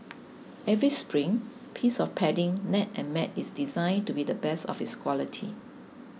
every spring piece of padding net and mat is designed to be the best of its quality